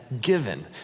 given